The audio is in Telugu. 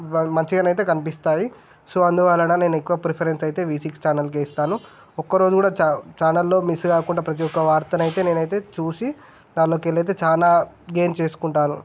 మంచిగా అయితే కనిపిస్తాయి సో అందువలన నేను ఎక్కువ ప్రిఫరెన్స్ అయితే వీ సిక్స్ ఛానల్కే ఇస్తాను ఒక్క రోజు కూడా ఛానల్ ఛానల్లో మిస్ కాకుండా ప్రతీ ఒక్క వార్తను అయితే నేను అయితే చూసి దాంట్లోకి వెళ్ళైతే చాలా గెయిన్ చేసుకుంటాను